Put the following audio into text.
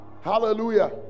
Hallelujah